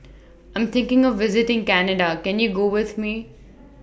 I Am thinking of visiting Canada Can YOU Go with Me